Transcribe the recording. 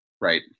right